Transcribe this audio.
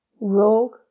rogue